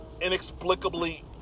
inexplicably